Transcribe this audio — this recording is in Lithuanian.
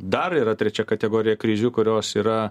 dar yra trečia kategorija krizių kurios yra